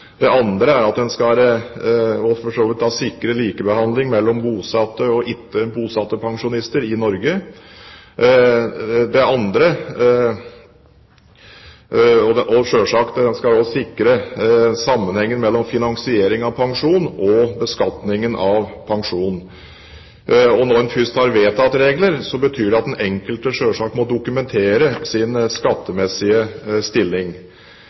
Det andre var å sikre likebehandling av bosatte og ikke bosatte pensjonister i Norge. Det tredje var å sikre sammenhengen mellom finansiering av pensjon og beskatning av pensjon. Når en først har vedtatt regler, betyr det at den enkelte selvsagt må dokumentere sin skattemessige stilling.